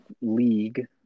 league